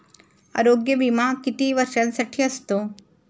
आरोग्य विमा किती वर्षांसाठी असतो?